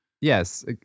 Yes